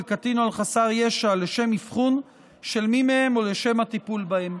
על קטין או על חסר ישע לשם אבחון של מי מהם או לשם הטיפול בהם.